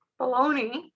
baloney